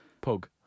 Pug